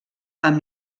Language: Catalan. amb